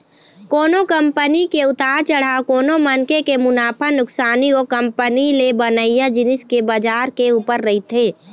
कोनो कंपनी के उतार चढ़ाव कोनो मनखे के मुनाफा नुकसानी ओ कंपनी ले बनइया जिनिस के बजार के ऊपर रहिथे